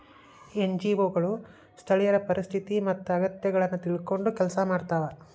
NGO ಗಳು ಸ್ಥಳೇಯರ ಪರಿಸ್ಥಿತಿ ಮತ್ತ ಅಗತ್ಯಗಳನ್ನ ತಿಳ್ಕೊಂಡ್ ಕೆಲ್ಸ ಮಾಡ್ತವಾ